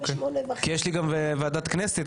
כי יש לי גם ועדת כנסת,